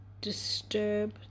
disturb